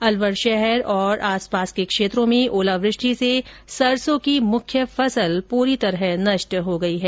अलवर शहर और आसपास के क्षेत्रों में ओलावृष्टि से सरसों की मुख्य फसल पूरी तरह नष्ट हो गई है